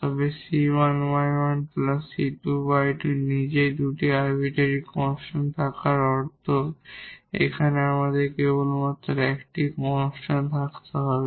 তবে 𝑐1𝑦1 𝑐2𝑦2 নিজেই দুটি আরবিটারি কনস্ট্যান্ট থাকার অর্থ এখানে আমাদের কেবল একটি কনস্ট্যান্ট থাকতে পারে